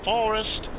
Forest